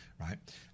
right